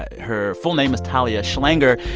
her full name is talia schlanger.